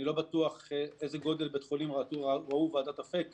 אני לא בטוח מה גודל בית חולים שראו לנגד עיניהם ועדת אפק